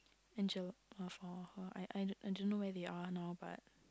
Angel I I don't know where they are now but